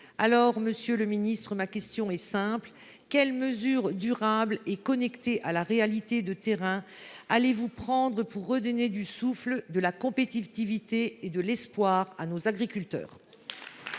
Aussi, monsieur le ministre, ma question est simple : quelles mesures durables et connectées à la réalité de terrain allez vous prendre pour redonner du souffle, de la compétitivité et de l’espoir à nos agriculteurs ?